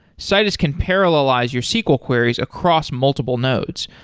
citus can parallelize your sql queries across multiple nodes,